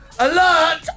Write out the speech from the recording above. alert